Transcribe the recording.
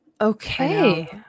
Okay